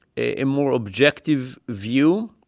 a more objective view